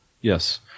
yes